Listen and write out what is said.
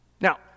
Now